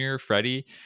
Freddie